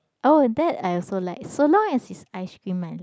oh that I also like so long as is ice cream I like